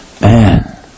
Man